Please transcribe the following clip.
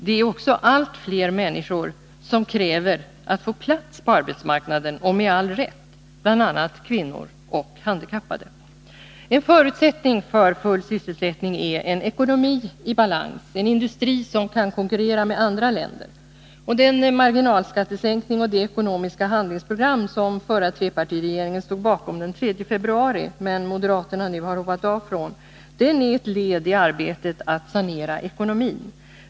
Det är också allt fler människor som — med all rätt — kräver att få plats på arbetsmarknaden, bl.a. kvinnor och handikappade. En förutsättning för full sysselsättning är en ekonomi i balans och en industri som kan konkurrera med andra länder. Den marginalskattesänkning och det ekonomiska handlingsprogram som dåvarande trepartiregeringen stod bakom den 3 februari, men moderaterna nu hoppat av från, är ett led i arbetet att sanera ekonomin.